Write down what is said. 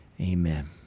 Amen